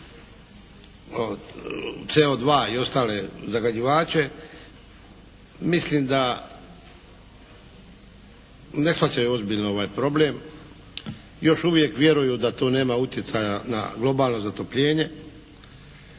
CO2 i ostale zagađivače mislim da ne shvaćaju ozbiljno ovaj problem, još uvijek vjeruju da to nema utjecaja na globalno zatopljenje